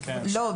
לא.